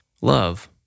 love